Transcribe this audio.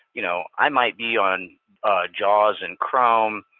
you know, i might be on jaws in chrome,